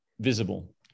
visible